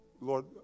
Lord